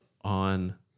on